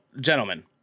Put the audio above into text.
gentlemen